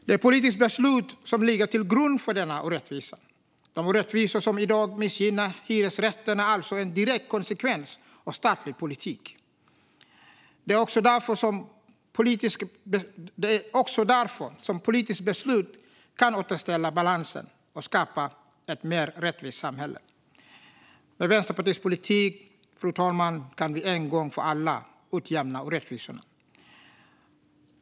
Det är politiska beslut som ligger till grund för denna orättvisa. De orättvisor som i dag missgynnar hyresrätten är alltså en direkt konsekvens av statlig politik. Det är också därför som politiska beslut kan återställa balansen och skapa ett mer rättvist samhälle. Med Vänsterpartiets politik, fru talman, kan vi en gång för alla utjämna orättvisorna.